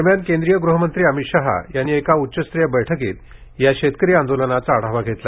दरम्यान केंद्रीय गृह मंत्री अमित शहा यांनी एका उच्चस्तरीय बैठकीत शेतकरी आंदोलनाचा आढावा घेतला